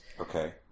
Okay